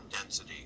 density